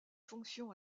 fonctions